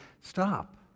Stop